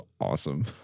awesome